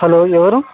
hello ఎవ్వరు